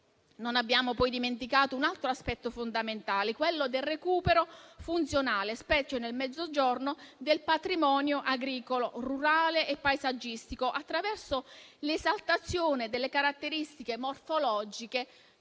Non abbiamo poi dimenticato un altro aspetto fondamentale, quello del recupero funzionale, specie nel Mezzogiorno, del patrimonio agricolo, rurale e paesaggistico, attraverso l'esaltazione delle caratteristiche morfologiche